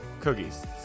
Cookies